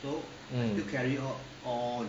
mm